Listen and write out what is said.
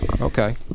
Okay